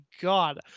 God